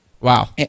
Wow